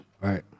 right